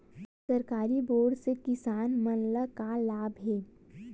सरकारी बोर से किसान मन ला का लाभ हे?